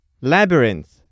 Labyrinth